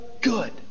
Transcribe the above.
good